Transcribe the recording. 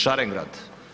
Šarengrad?